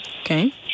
Okay